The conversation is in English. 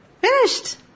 finished